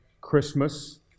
Christmas